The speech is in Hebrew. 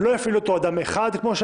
לא יפעיל אותו אדם אחד, אלא